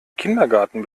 kindergarten